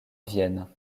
vienne